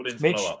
Mitch